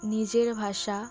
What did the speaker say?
নিজের ভাষা